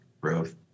growth